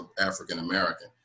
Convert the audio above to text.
African-American